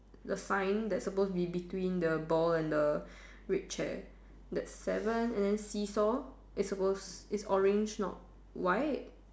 the sign that's suppose to be between the ball and the red chair that's seven and then see saw it's suppose it's orange not white